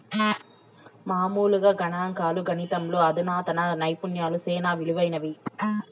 మామూలుగా గణంకాలు, గణితంలో అధునాతన నైపుణ్యాలు సేనా ఇలువైనవి